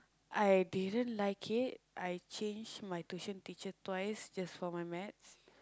I didn't like it I changed my tuition teacher twice just for my Math